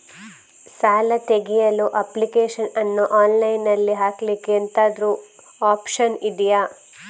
ಸಾಲ ತೆಗಿಯಲು ಅಪ್ಲಿಕೇಶನ್ ಅನ್ನು ಆನ್ಲೈನ್ ಅಲ್ಲಿ ಹಾಕ್ಲಿಕ್ಕೆ ಎಂತಾದ್ರೂ ಒಪ್ಶನ್ ಇದ್ಯಾ?